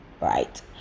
right